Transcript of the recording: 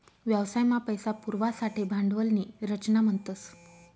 व्यवसाय मा पैसा पुरवासाठे भांडवल नी रचना म्हणतस